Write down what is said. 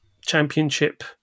championship